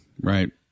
right